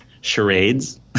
charades